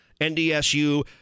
NDSU